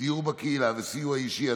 דיור בקהילה וסיוע אישי),